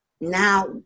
now